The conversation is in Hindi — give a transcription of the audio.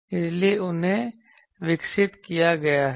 इसलिए उन्हें विकसित किया गया है